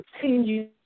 continue